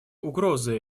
угрозы